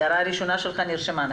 ההערה הראשונה שלך נרשמה.